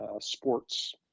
sports